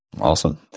Awesome